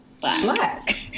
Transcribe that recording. Black